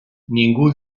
ningú